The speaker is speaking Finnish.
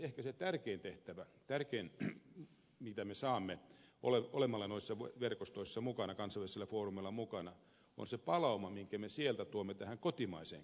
ehkä se tärkein mitä me saamme olemalla noissa verkostoissa kansainvälisillä foorumeilla mukana on se palauma minkä me sieltä tuomme tähän kotimaiseen keskusteluun